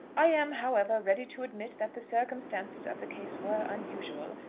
i am, however, ready to admit that the circumstances of the case were unusual,